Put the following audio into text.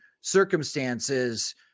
circumstances